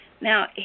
Now